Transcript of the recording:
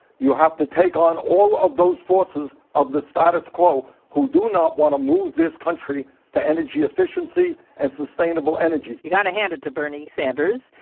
you have to take on all of those forces of the status quo who do not want to move this country to energy efficiency and sustainable energies you've got to hand it to bernie sanders.